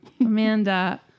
Amanda